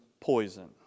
poison